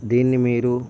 దీన్ని మీరు